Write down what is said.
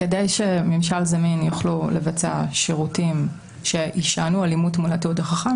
כדי שממשל זמין יוכלו לבצע שירותים שיישענו על אימות מול התיעוד החכם,